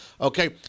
Okay